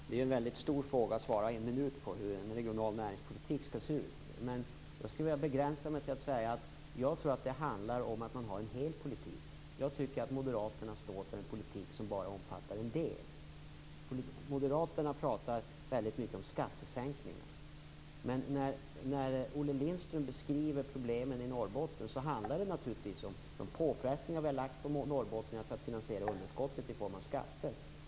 Herr talman! Det är en stor fråga att på en minut tala om hur en regional näringspolitik skall se ut. Jag skall begränsa mig till att säga att det handlar om att ha en hel politik. Jag tycker att Moderaterna står för en politik som bara omfattar en del. Moderaterna pratar mycket om skattesänkningar. När Olle Lindström beskriver problemen i Norrbotten handlar det naturligtvis om de påfrestningar som har lagts på norrbottningarna i form av skatter för att finansiera underskottet.